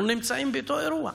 אנחנו נמצאים באותו אירוע,